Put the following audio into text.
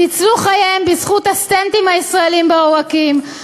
ניצלו חייהם בזכות הסטנטים הישראליים בעורקים,